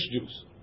juice